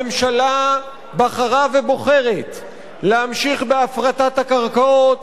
הממשלה בחרה ובוחרת להמשיך בהפרטת הקרקעות,